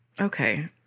Okay